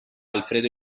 alfredo